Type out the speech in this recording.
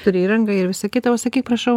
turi įrangą ir visa kita o sakyk prašau